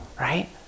right